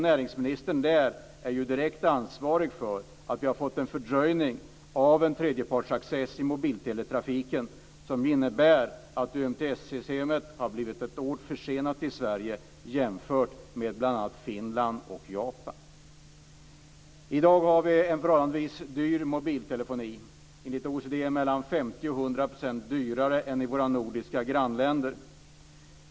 Näringsministern är direkt ansvarig för att vi har fått en fördröjning av en tredjepartsaccess inom mobilteletrafiken, som innebär att UMTS-systemet har blivit ett år försenat i Sverige jämfört med bl.a. Finland och Japan. Vi har i dag en förhållandevis dyr mobiltelefoni, enligt OECD mellan 50 % och 100 % dyrare än i våra nordiska grannländer.